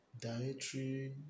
dietary